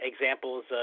Examples